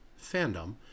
fandom